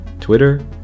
Twitter